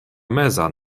meza